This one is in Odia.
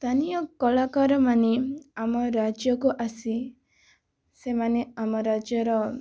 ସ୍ଥାନୀୟ କଳାକାର ମାନେ ଆମ ରାଜ୍ୟକୁ ଆସି ସେମାନେ ଆମ ରାଜ୍ୟର